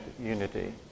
unity